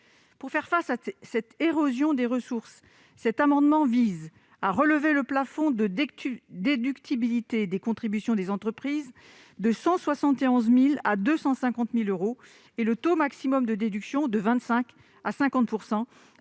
Pour faire face à cette érosion des ressources, le présent amendement vise à relever le plafond de déductibilité des contributions des entreprises de 171 000 euros à 250 000 euros et le taux maximum de déduction de 25 % à 50 %,